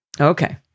Okay